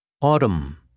Autumn